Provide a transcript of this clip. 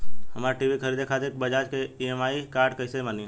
हमरा टी.वी खरीदे खातिर बज़ाज़ के ई.एम.आई कार्ड कईसे बनी?